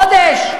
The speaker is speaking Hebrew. לחודש?